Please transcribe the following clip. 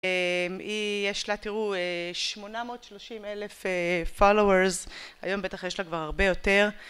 היא יש לה תראו 830 אלף followers, היום בטח יש לה כבר הרבה יותר